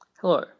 Hello